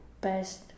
best